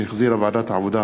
שהחזירה ועדת העבודה,